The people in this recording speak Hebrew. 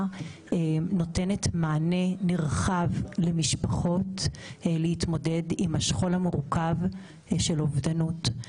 נותנת מענה נרחב למשפחות להתמודד עם השכול המורכב של אובדנות.